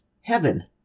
heaven